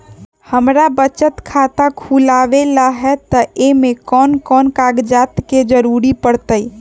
हमरा बचत खाता खुलावेला है त ए में कौन कौन कागजात के जरूरी परतई?